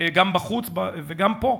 גם בחוץ וגם פה,